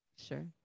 Sure